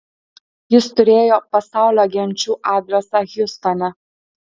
jis turėjo pasaulio genčių adresą hjustone